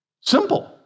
Simple